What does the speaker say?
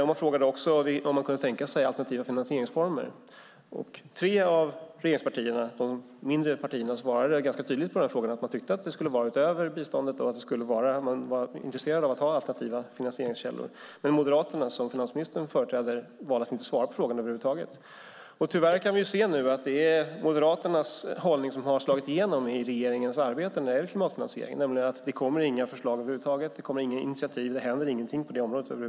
Man frågade också om de kunde tänka sig alternativa finansieringsformer. Tre av regeringspartierna, de mindre partierna, svarade ganska tydligt att de tyckte att det skulle vara utöver biståndet, och de var intresserade av att ha alternativa finansieringskällor. Men Moderaterna, som finansministern företräder, valde att inte svara på frågorna över huvud taget. Tyvärr kan vi se nu att det är Moderaternas hållning som har slagit igenom i regeringens arbete när det gäller klimatfinansiering. Det kommer nämligen inga förslag över huvud taget. Det kommer inga initiativ. Det händer ingenting på det området.